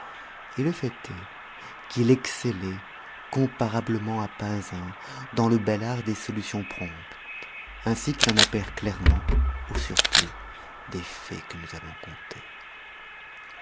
et le fait est qu'il excellait comparablement à pas un dans le bel art des solutions promptes ainsi qu'il en appert clairement au surplus des faits que nous allons conter